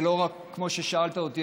זה לא רק כמו ששאלת אותי,